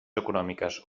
econòmiques